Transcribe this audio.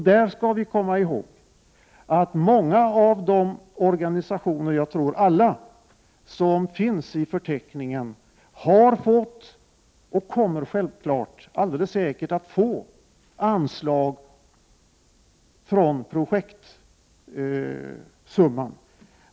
Vi skall komma ihåg att många av de organisationer — jag tror alla — som finns upptagna i förteckningen har fått och alldeles säkert kommer att få anslag från projektsumman.